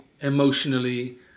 emotionally